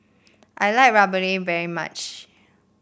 I like rempeyek very much